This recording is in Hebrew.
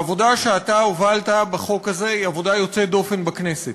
העבודה שאתה הובלת בחוק הזה היא עבודה יוצאת דופן בכנסת.